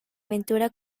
aventura